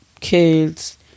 kids